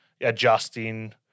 adjusting